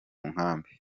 nkambi